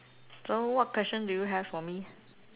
so what question do you have for me